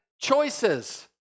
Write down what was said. choices